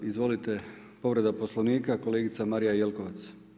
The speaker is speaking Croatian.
Izvolite povreda Poslovnika kolegica Marija Jelkovac.